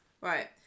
Right